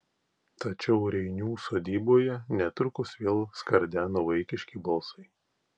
tačiau reinių sodyboje netrukus vėl skardeno vaikiški balsai